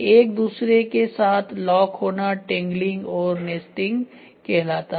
एक दूसरे के साथ लॉक होना टेंग्लिंग और नेस्टिंग कहलाता है